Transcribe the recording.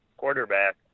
quarterback